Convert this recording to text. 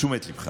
תשומת ליבך.